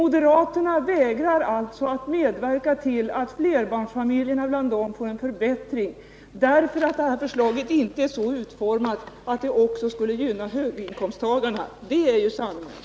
Moderaterna vägrar alltså att medverka till att flerbarnsfamiljerna bland dem får en förbättring, därför att det här förslaget inte är så utformat att det också skulle gynna höginkomsttagarna — det är sanningen.